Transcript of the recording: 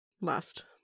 last